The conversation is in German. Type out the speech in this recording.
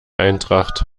eintracht